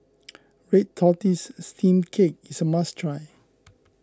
Red Tortoise Steamed Cake is a must try